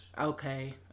okay